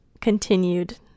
continued